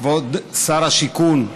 כבוד שר השיכון,